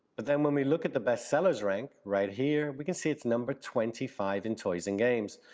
but then when we look at the best sellers rank right here, we can see it's number twenty five in toys and games,